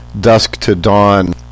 dusk-to-dawn